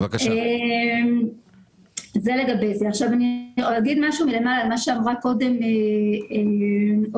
אני רוצה לומר משהו לגבי מה שאמרה קודם אסנת